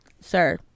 sir